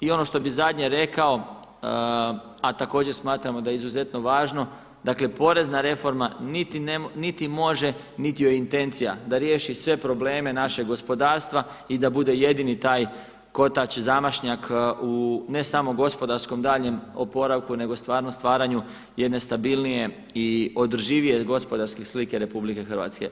I ono što bih zadnje rekao, a također smatramo da je izuzetno važno, dakle, porezna reforma niti može niti joj je intencija da riješi sve probleme našeg gospodarstva i da bude jedini taj kotač zamašnjak u ne samo gospodarskom daljnjem oporavku nego stvarno stvaranju jedne stabilnije i održivije gospodarske slike Republike Hrvatske.